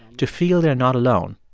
to feel they're not alone,